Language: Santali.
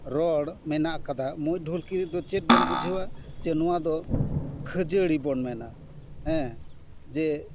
ᱨᱚᱲ ᱢᱮᱱᱟᱜ ᱟᱠᱟᱫᱟ ᱢᱩᱸᱡ ᱰᱷᱩᱞᱠᱤ ᱨᱮᱫᱚ ᱪᱮᱫ ᱵᱚᱱ ᱵᱩᱡᱷᱟᱹᱣᱟ ᱡᱮ ᱱᱚᱣᱟ ᱫᱚ ᱠᱷᱟᱹᱡᱟᱹᱲᱤ ᱵᱚᱱ ᱢᱮᱱᱟ ᱦᱮᱸ ᱡᱮ